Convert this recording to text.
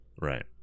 right